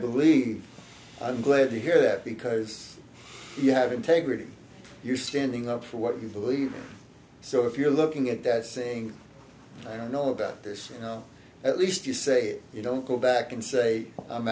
believe i'm glad to hear that because you have integrity you're standing up for what you believe so if you're looking at that saying i don't know about this you know at least you say you don't go back and say